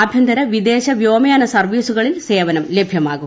ആഭ്യന്തര വിദേശ പ്പ്യോമയാന സർവ്വീസുകളിൽ സേവനം ലഭ്യമാകും